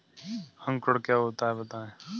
अंकुरण क्या होता है बताएँ?